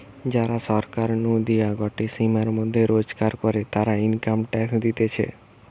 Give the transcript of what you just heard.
যারা সরকার নু দেওয়া গটে সীমার মধ্যে রোজগার করে, তারা ইনকাম ট্যাক্স দিতেছে